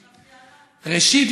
ראשית,